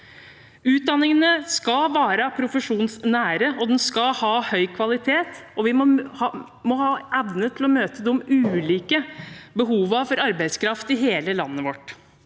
Utdanningene skal være profesjonsnære, de skal ha høy kvalitet, og vi må ha evne til å møte de ulike behovene for arbeidskraft i hele landet vårt.